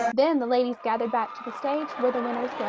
then the ladies gathered back to the stage where the winners